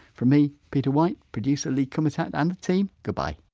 from me, peter white, producer lee kumutat and the team, goodbye